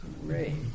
great